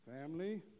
Family